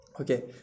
okay